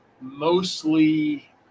mostly